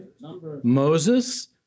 Moses